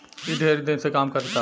ई ढेर दिन से काम करता